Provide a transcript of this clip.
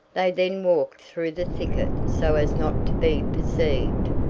they then walked through the thicket so as not to be perceived,